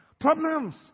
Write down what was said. problems